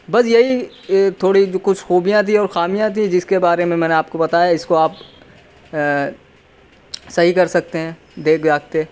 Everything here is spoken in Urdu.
بس یہی تھوڑی جو کچھ خوبیاں تھی اور خامیاں تھی جس کے بارے میں میں نے آپ کو بتایا اس کو آپ صحیح کر سکتے ہیں دیکھ داکھ کے